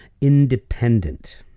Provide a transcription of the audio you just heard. independent